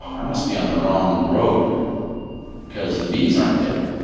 i must be on the wrong road because the bees aren't there.